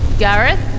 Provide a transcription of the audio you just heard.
Gareth